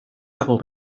dago